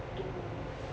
to